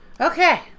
Okay